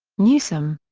newseum.